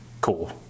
cool